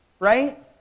Right